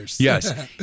Yes